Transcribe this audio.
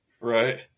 Right